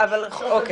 אבל זה לא אומר